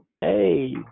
Hey